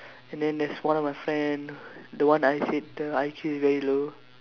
and then this one of my friend the one that I said the I_Q very low